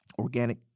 organic